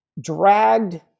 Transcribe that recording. dragged